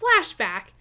flashback